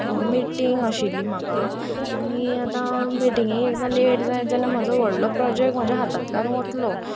meeting आशिल्ली म्हाका आनी आतां मिटिंगेक एकदां लेट जायत जाल्यार म्हजो व्हडलो प्रोजॅक्ट म्हज्या हातांतल्यान वतलो